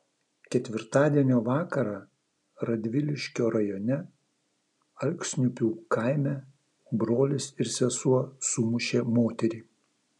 ketvirtadienio vakarą radviliškio rajone alksniupių kaime brolis ir sesuo sumušė moterį